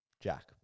Jack